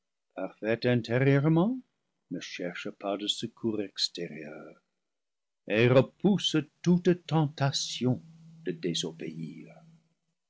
intérieurement ne cherche pas de secours extérieur et repousse toute tentation de désobéir